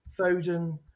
Foden